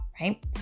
right